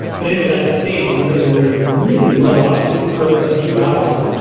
but anyway, that state where we're in, we're really low oxygen for a few hours,